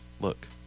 Look